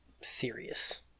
serious